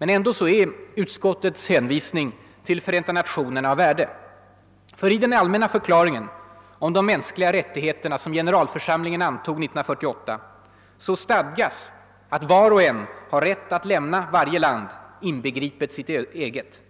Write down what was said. Ändå är utskottets hänvisning till Förenta nationerna av värde. I den allmänna förklaringen om de mänskliga rättigheterna, som generalförsamlingen antog 1948, stadgas att var och en har rätt att lämna varje land, inbegripet sitt eget.